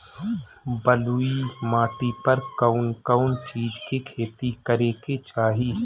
बलुई माटी पर कउन कउन चिज के खेती करे के चाही?